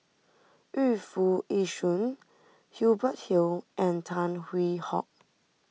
Yu Foo Yee Shoon Hubert Hill and Tan Hwee Hock